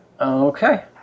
Okay